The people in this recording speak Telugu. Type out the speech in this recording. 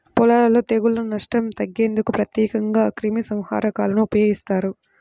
పొలాలలో తెగుళ్ల నష్టం తగ్గించేందుకు ప్రత్యేకంగా క్రిమిసంహారకాలను ఉపయోగిస్తారు